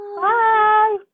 Bye